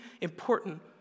important